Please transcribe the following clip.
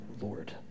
Lord